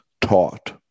taught